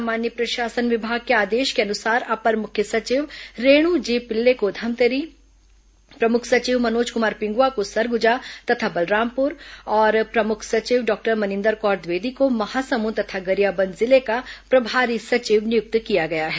सामान्य प्रशासन विभाग के आदेश के अनुसार अपर मुख्य सचिव रेणु जी पिल्ले को धमतरी प्रमुख सचिव मनोज कुमार पिंगुआ को सरगुजा तथा बलरामपुर और प्रमुख सचिव डॉ मनिन्दर कौर द्विवेदी को महासमुन्द तथा गरियाबंद जिले का प्रभारी सचिव नियुक्त किया गया है